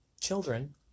children